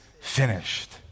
finished